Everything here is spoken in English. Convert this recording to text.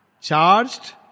charged